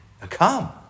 come